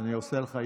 אני עושה לך איפוס.